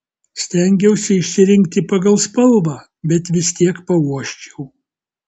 stengiausi išsirinkti pagal spalvą bet vis tiek pauosčiau